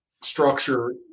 structure